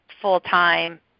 full-time